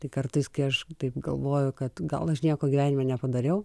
tai kartais kai aš taip galvoju kad gal aš nieko gyvenime nepadariau